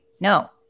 no